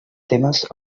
temes